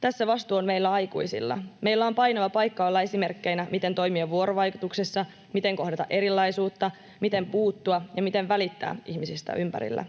Tässä vastuu on meillä aikuisilla. Meillä on painava paikka olla esimerkkeinä, miten toimia vuorovaikutuksessa, miten kohdata erilaisuutta, miten puuttua ja miten välittää ihmisistä ympärillä.